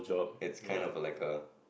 it's kind of a like a